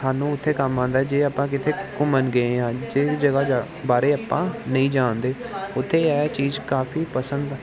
ਸਾਨੂੰ ਉੱਥੇ ਕੰਮ ਆਉਂਦਾ ਜੇ ਆਪਾਂ ਕਿਤੇ ਘੁੰਮਣ ਗਏ ਹਾਂ ਜਿਹਦੀ ਜਗ੍ਹਾ ਜਾ ਬਾਰੇ ਆਪਾਂ ਨਹੀਂ ਜਾਣਦੇ ਉੱਥੇ ਇਹ ਚੀਜ਼ ਕਾਫੀ ਪਸੰਦ